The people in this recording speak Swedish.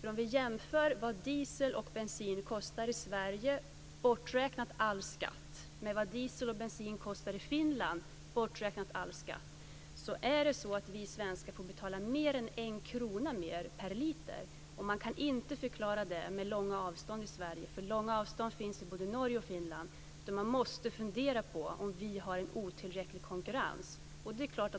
I förhållande till vad diesel och bensin kostar i Sverige, bortsett från skatt, och vad det kostar i Finland, bortsett från skatt, får vi svenskar betalar mer än en krona mer per liter. Man kan inte förklara detta med de långa avstånden i Sverige, för långa avstånd finns också i både Norge och Finland. Man måste fundera över om konkurrensen är otillräcklig.